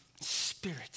spirit